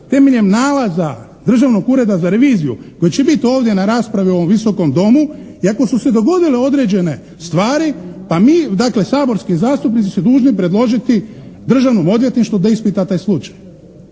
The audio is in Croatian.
temeljem nalaza Državnog ureda za reviziju koji će biti ovdje na raspravi u ovom Visokom domu i ako su se dogodile određene stvari, pa mi, dakle saborski zastupnici su dužni predložiti Državnom odvjetništvu da ispita taj slučaj.